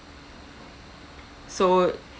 so